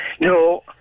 No